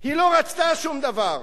היא לא רצתה שום דבר.